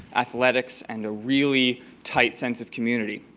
athletics and a really tight sense of community.